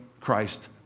Christ